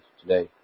today